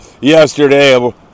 yesterday